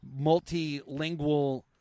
multilingual